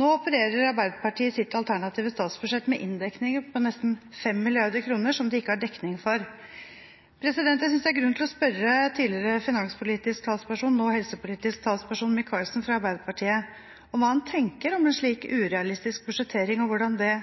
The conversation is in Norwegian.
Nå opererer Arbeiderpartiet i sitt alternative statsbudsjett med inndekninger på nesten 5 mrd. kr som de ikke har dekning for. Jeg synes det er grunn til å spørre tidligere finanspolitisk talsperson – nå helsepolitisk talsperson – Micaelsen fra Arbeiderpartiet om hva han tenker om en slik urealistisk budsjettering, og hvordan det